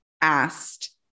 asked